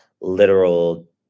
literal